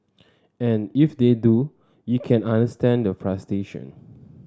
and if they do you can understand the frustration